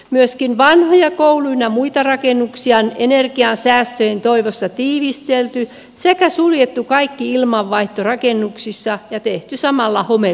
myöskin vanhoja koulu ynnä muita rakennuksia on energiansäästöjen toivossa tiivistelty sekä suljettu kaikki ilmanvaihto rakennuksissa ja tehty samalla homepesiä